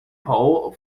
pole